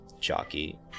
jockey